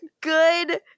Good